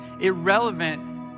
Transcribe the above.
irrelevant